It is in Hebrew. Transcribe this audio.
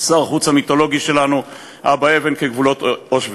שאותם כינה שר החוץ המיתולוגי שלנו אבא אבן "גבולות אושוויץ".